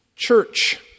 church